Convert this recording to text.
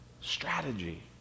strategy